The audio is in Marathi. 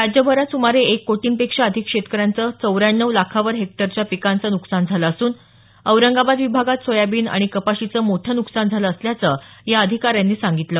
राज्यभरात सुमारे एक कोटींपेक्षा अधिक शेतकऱ्यांचं चौऱ्याण्णव लाखावर हेक्टरवरच्या पिकांचं नुकसान झालं असून औरंगाबाद विभागात सोयाबीन आणि कपाशीचं मोठं न्कसान झालं असल्याचं या अधिकाऱ्यांनी सांगितलं